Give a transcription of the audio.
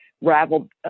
raveled